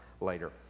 later